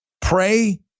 pray